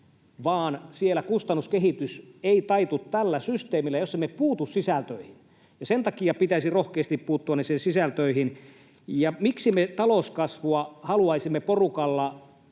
realismia ja kustannuskehitys ei taitu tällä systeemillä, jos emme puutu sisältöihin, niin sen takia pitäisi rohkeasti puuttua niihin sisältöihin. Miksi me talouskasvua haluaisimme porukalla